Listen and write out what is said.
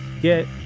get